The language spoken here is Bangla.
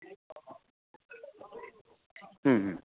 হুম হুম